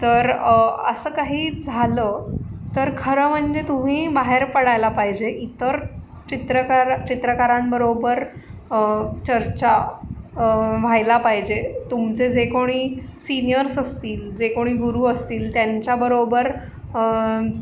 तर असं काही झालं तर खरं म्हणजे तुम्ही बाहेर पडायला पाहिजे इतर चित्रकारा चित्रकारांबरोबर चर्चा व्हायला पाहिजे तुमचे जे कोणी सिनियर्स असतील जे कोणी गुरु असतील त्यांच्याबरोबर